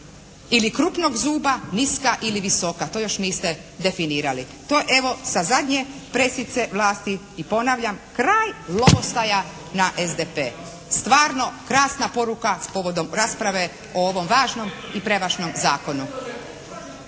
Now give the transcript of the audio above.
ili krupnog zuba, niska ili visoka. To još niste definirali. To evo sa zadnje pressice vlasti i ponavljam kraj lovostaja na SDP. Stvarno krasna poruka povodom rasprave o ovom važnom i prevažnom zakonu.